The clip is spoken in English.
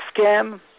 scam